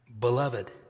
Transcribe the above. Beloved